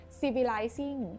civilizing